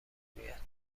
میاد